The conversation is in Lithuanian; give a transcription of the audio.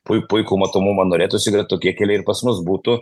pui puikų matomumą norėtųsi kad tokie keliai ir pas mus būtų